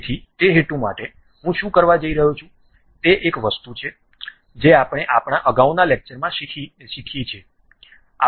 તેથી તે હેતુ માટે હું શું કરવા જઇ રહ્યો છું તે એક વસ્તુ છે જે આપણે આપણા અગાઉના લેક્ચરમાં શીખી છે